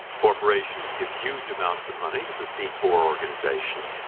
corporations give huge amounts of money to the c four organization.